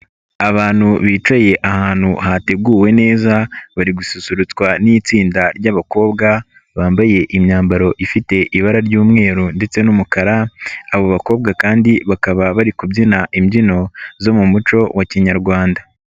Abantu bicaye ahantu hateguwe neza bari gususurutswa n'itsinda ry'abakobwa bambaye imyambaro ifite ibara ry'umweru ndetse n'umukara, abo bakobwa kandi bakaba bari kubyina imbyino zo mu muco wa kinyarwanda.